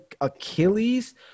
Achilles